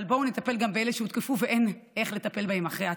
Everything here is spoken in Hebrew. אבל בואו נטפל גם באלה שהותקפו ושאין איך לטפל בהם אחרי התקיפה.